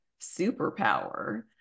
superpower